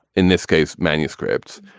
in this case, manuscripts,